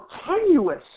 tenuous